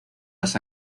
las